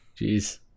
Jeez